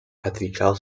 отвечал